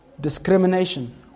Discrimination